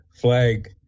flag